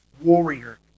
warrior